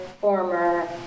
former